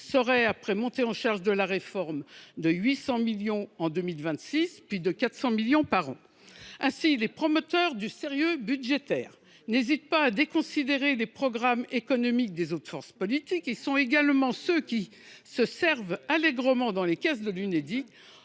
seraient, après montée en charge de la réforme, de 800 millions d’euros en 2026, puis de 400 millions par an. Ainsi les promoteurs du sérieux budgétaire, n’hésitant pas à déconsidérer les programmes économiques des autres forces politiques, sont ils également ceux qui, se servant allègrement dans les caisses de l’Unédic,